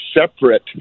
separate